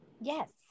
Yes